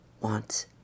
wants